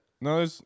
No